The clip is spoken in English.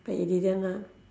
but you didn't lah